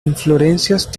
inflorescencias